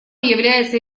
является